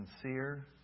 sincere